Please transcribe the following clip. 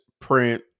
print